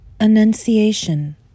Annunciation